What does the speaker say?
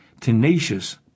tenacious